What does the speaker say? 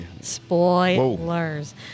Spoilers